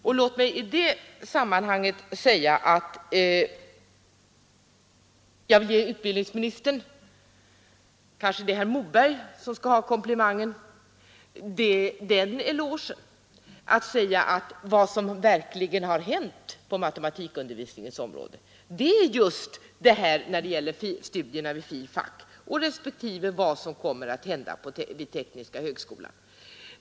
Jag vill i detta sammanhang ge utbildningsministern en eloge — eller är det kanske herr Moberg som skall ha komplimangen — för vad som hänt när det gäller matematikundervisningen på filosofisk fakultet respektive vad som kommer att hända vid de tekniska högskolorna.